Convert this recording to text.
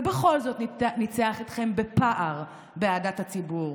ובכל זאת ניצח אתכם בפער באהדת הציבור.